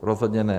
Rozhodně ne.